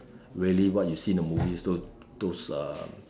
really what you see in the movies those those um